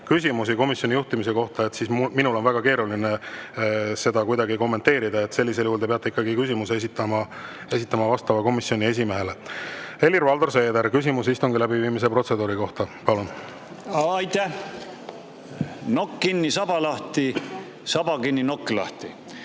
küsimusi komisjoni juhtimise kohta, siis minul on väga keeruline seda kuidagi kommenteerida. Sellisel juhul te peate ikkagi küsimuse esitama komisjoni esimehele. Helir-Valdor Seeder, küsimus istungi läbiviimise protseduuri kohta! Aitäh! Nokk kinni, saba lahti. Saba kinni, nokk lahti.